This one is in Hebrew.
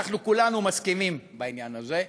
כולנו מסכימים בעניין הזה,